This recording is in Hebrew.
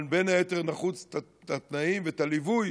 אבל בין היתר נחוצים התנאים והליווי